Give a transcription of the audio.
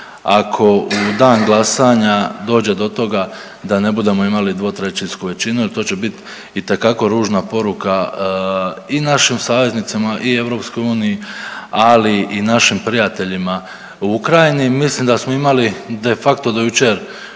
ako u dan glasanja dođe do toga da ne budemo imali dvotrećinsku većinu jer to će bit itekako ružna poruka i našim saveznicama i EU, ali i našim prijateljima u Ukrajini. Mislim da smo imali de facto do jučer